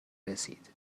رسید